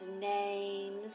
names